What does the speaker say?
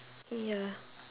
ya